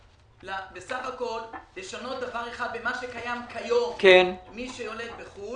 בסך הכול לשנות דבר אחד ממה שקיים כיום: מי שיולד בחו"ל